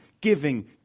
giving